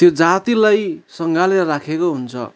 त्यो जातिलाई सङ्गालेर राखेको हुन्छ